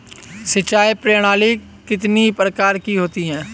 सिंचाई प्रणाली कितने प्रकार की होती है?